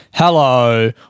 Hello